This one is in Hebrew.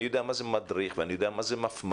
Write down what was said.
אני יודע מה זה מדריך ואני יודע מה זה מפמ"ר.